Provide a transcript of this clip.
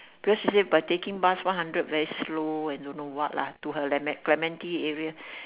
because she say but taking bus one hundred very slow and don't know what lah to her laymad clementi area